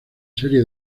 serie